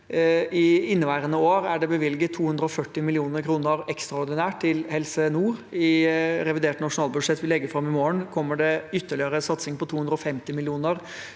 I inneværende år er det bevilget 240 mill. kr ekstraordinært til Helse nord. I revidert nasjonalbudsjett, som vi legger fram i morgen, kommer det ytterligere satsing på 250 mill. kr